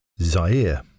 Zaire